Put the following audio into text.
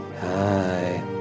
Hi